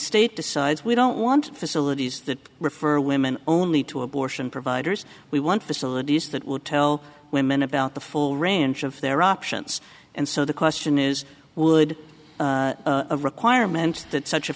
state decides we don't want facilities that refer women only to abortion providers we want facilities that will tell women about the full range of their options and so the question is would a requirement that such a